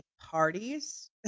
parties